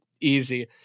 easy